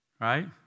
right